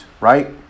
right